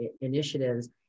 initiatives